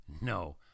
No